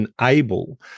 enable